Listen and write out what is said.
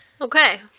Okay